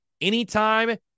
anytime